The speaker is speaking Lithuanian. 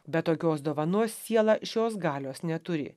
be tokios dovanos siela šios galios neturi